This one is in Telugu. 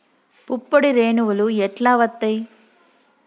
పుప్పొడి రేణువులు ఎట్లా వత్తయ్?